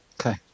Okay